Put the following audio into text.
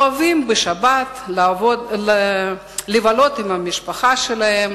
אוהבים בשבת לבלות עם המשפחה שלהם: